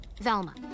Velma